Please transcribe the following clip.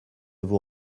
vous